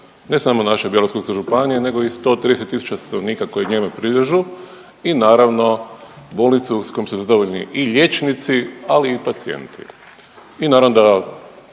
ne samo naše Bjelovarsko-bilogorske županije, nego i 130 tisuća stanovnika koji njime priliježu i naravno bolnicu s kojom su zadovoljni i liječnici, ali i pacijenti.